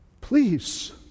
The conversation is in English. please